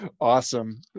awesome